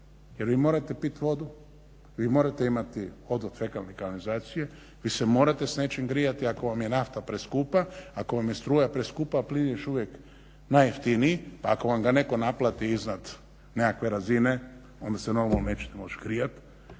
jer vi morate pit vodu, vi morate imati odvod fekalni kanalizacije, vi se morate s nečim grijati ako vam je nafta preskupa, ako vam je struja preskupa, a plin još uvijek najjeftiniji, ako vam ga netko naplati iznad nekakve razine onda se normalno nećete moći grijat,